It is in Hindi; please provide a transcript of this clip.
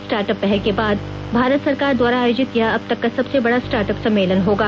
स्टार्टअप पहल के बाद भारत सरकार द्वारा आयोजित यह अब तक का सबसे बडा स्टार्टअप सम्मेलन होगा